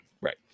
right